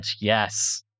Yes